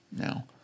now